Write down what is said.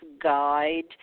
guide